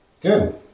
Good